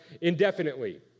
indefinitely